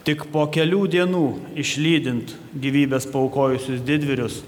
tik po kelių dienų išlydint gyvybes paaukojusius didvyrius